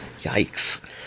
Yikes